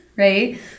Right